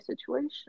situation